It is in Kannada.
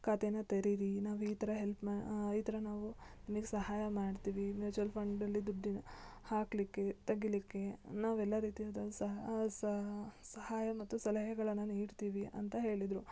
ಖಾತೆನ ತೇರೀರಿ ನಾವು ಈ ಥರ ಹೆಲ್ಪ್ ಮಾ ಈ ಥರ ನಾವು ನಿಮ್ಗೆ ಸಹಾಯ ಮಾಡ್ತೀವಿ ಮ್ಯೂಚ್ವಲ್ ಫಂಡಲ್ಲಿ ದುಡ್ಡನ್ನ ಹಾಕಲಿಕ್ಕೆ ತೆಗಿಲಿಕ್ಕೆ ನಾವು ಎಲ್ಲ ರೀತಿಯಾದ ಸ ಸಹಾ ಸಹಾಯ ಮತ್ತು ಸಲಹೆಗಳನ್ನ ನೀಡ್ತೀವಿ ಅಂತ ಹೇಳಿದರು